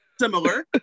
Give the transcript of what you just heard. similar